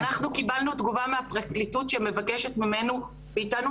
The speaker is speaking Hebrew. אנחנו קיבלנו תשובה מהפרקליטות שמבקשת מאיתנו